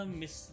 miss